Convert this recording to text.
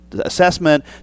assessment